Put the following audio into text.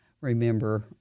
remember